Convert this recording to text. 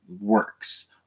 works